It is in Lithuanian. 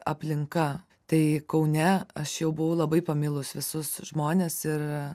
aplinka tai kaune aš jau buvau labai pamilus visus žmones ir